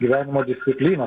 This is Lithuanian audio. gyvenimo discipliną